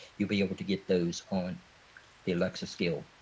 you'll be able to get those on the alexa skill.